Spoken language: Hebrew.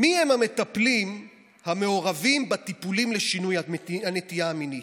"מי הם המטפלים המעורבים בטיפולים לשינוי הנטייה המינית?